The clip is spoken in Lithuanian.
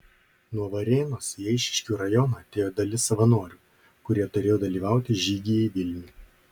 nuo varėnos į eišiškių rajoną atėjo dalis savanorių kurie turėjo dalyvauti žygyje į vilnių